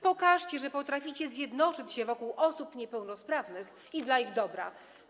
Pokażcie, że potraficie zjednoczyć się wokół osób niepełnosprawnych i dla ich dobra.